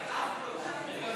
נתקבלו.